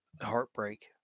heartbreak